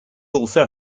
also